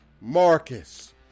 marcus